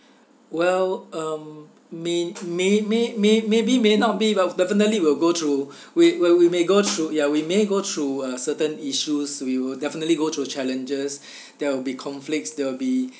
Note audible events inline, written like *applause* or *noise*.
well um may may may may may be may not be but definitely will go through *breath* we we we may go through ya we may go through a certain issues we will definitely go through challenge *breath* there will be conflicts there will be